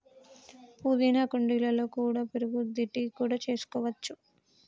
పుదీనా కుండీలలో కూడా పెరుగుద్ది, టీ కూడా చేసుకోవచ్చు